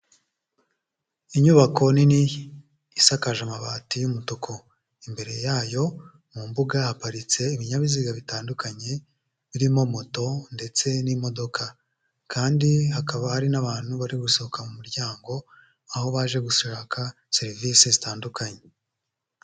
Inyubako nini isakaje amabati y'umutuku, imbere yayo mu mbuga haparitse ibinyabiziga bitandukanye birimo moto ndetse n'imodoka kandi hakaba hari n'abantu bari gusohoka mu muryango, aho baje gushaka serivise zitandukanye.